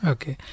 Okay